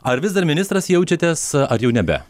ar vis dar ministras jaučiatės ar jau nebe